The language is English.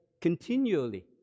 continually